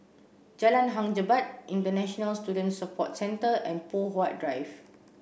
Jalan Hang Jebat International Student Support Centre and Poh Huat Drive